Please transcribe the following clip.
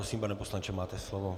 Prosím, pane poslanče, máte slovo.